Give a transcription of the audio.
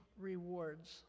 rewards